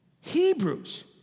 Hebrews